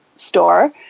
store